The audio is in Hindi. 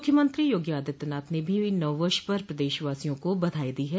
मुख्यमंत्री योगी आदित्यनाथ ने भी नववर्ष पर प्रदेशवासियों को बधाई दी है